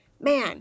man